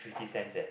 fifty cents leh